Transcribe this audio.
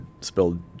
spelled